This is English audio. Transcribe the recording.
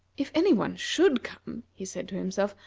if any one should come, he said to himself,